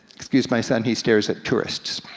excuse my son, he stares at tourists.